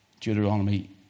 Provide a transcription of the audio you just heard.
Deuteronomy